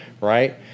right